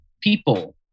people